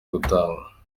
gutanga